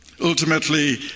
Ultimately